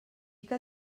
que